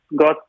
got